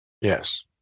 Yes